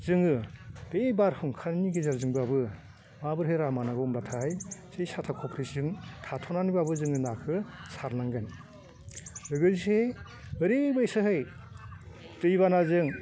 जोङो बे बारहुंखानि गेजेरजोंबाबो माबोरै राहा मोन्नांगौ होनबाथाय एसे साथा फख्रिजों थाथ'नानैबाबो जोङो नाखो सारनांगोन लोगोसे ओरैबायसाहै दै बानाजों